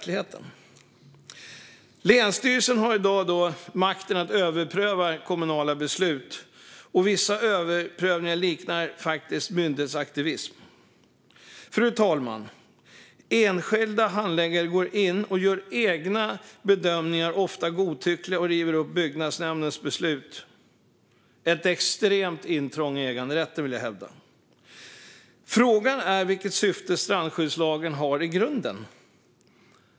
Länsstyrelserna har i dag makt att överpröva kommunala beslut, och vissa överprövningar liknar myndighetsaktivism. Enskilda handläggare gör egna ofta godtyckliga bedömningar och river upp byggnadsnämndens beslut. Det är ett extremt intrång i äganderätten, vill jag hävda. Frågan är vilket syfte strandskyddslagen har i grunden?